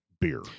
beer